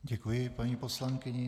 Děkuji paní poslankyni.